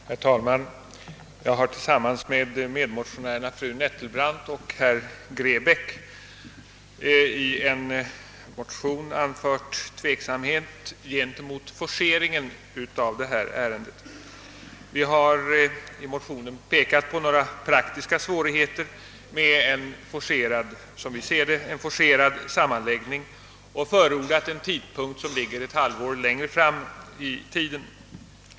Herr talman! Jag har tillsammans med några medmotionärer, fru Nettelbrandt och herr Grebäck, i en motion anfört tveksamhet gentemot forceringen av detta ärende. Vi har i motionen pekat på några praktiska svårigheter som är förenade med en forcerad sammanläggning, och vi har förordat en tidpunkt som ligger ett halvår längre fram i tiden.